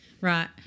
Right